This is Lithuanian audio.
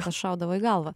kas šaudavo į galvą